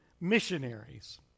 missionaries